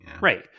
Right